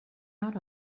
out